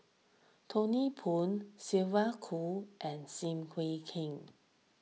Thony Poon Sylvia Kho and Sim Kuih Kueh